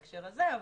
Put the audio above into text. בהקשר הזה.